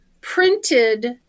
printed